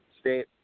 state